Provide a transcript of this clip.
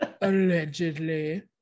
allegedly